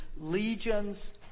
legions